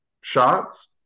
shots